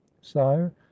sire